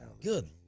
Good